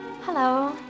Hello